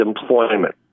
employment